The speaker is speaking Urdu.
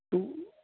تو